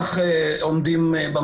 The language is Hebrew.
הם לא כל כך עומדים במבחן.